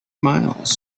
miles